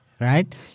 right